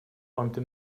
räumte